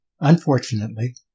Unfortunately